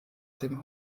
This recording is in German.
dem